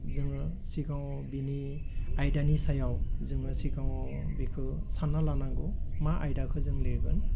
जोङो सिगाङाव बिनि आयदानि सायाव जोङो सिगाङाव बिखौ सान्ना लानांगौ मा आयदाखौ जों लिरगोन